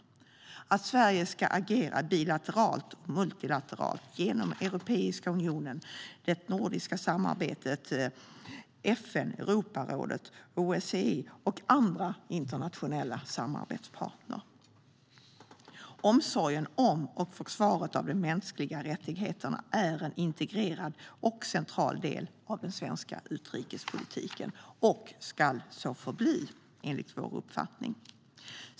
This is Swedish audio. Vi anser att Sverige ska agera bilateralt och multilateralt genom Europeiska unionen, det nordiska samarbetet, FN, Europarådet, OSSE och andra internationella samarbetspartner. Omsorgen om och försvaret av de mänskliga rättigheterna är en integrerad och central del av den svenska utrikespolitiken och ska så förbli, enligt vår uppfattning.